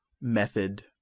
method